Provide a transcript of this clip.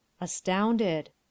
Astounded